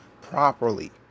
properly